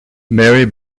mary